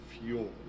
fuel